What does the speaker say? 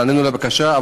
ונענינו לבקשה,